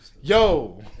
Yo